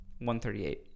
138